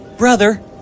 Brother